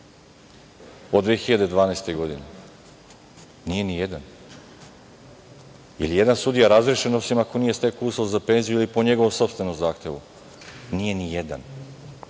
od 2012. godine? Nije nijedan. Da li je i jedan sudija razrešen, osim ako nije stekao uslov za penziju ili po njegovom sopstvenom zahtevu? Nije nijedan.